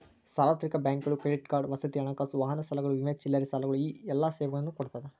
ಸಾರ್ವತ್ರಿಕ ಬ್ಯಾಂಕುಗಳು credit card ವಸತಿ ಹಣಕಾಸು ವಾಹನ ಸಾಲಗಳು ವಿಮೆ ಚಿಲ್ಲರೆ ಸಾಲಗಳು ಈ ಎಲ್ಲಾ ಸೇವೆಗಳನ್ನ ಕೊಡ್ತಾದ